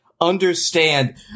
understand